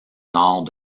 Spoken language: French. nord